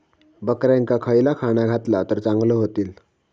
बकऱ्यांका खयला खाणा घातला तर चांगल्यो व्हतील?